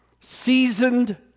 seasoned